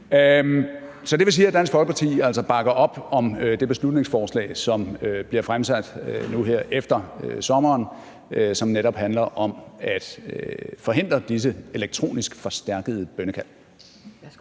Så det vil sige, at Dansk Folkeparti altså bakker op om det beslutningsforslag, som bliver fremsat nu her efter sommeren, og som netop handler om at forhindre disse elektronisk forstærkede bønnekald?